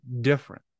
different